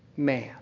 Man